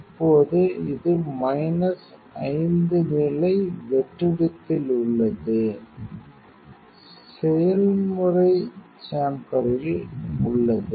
இப்போது இது மைனஸ் 5 நிலை வெற்றிடத்தில் உள்ளது செயல்முறை சேம்பேர்ல் உள்ளது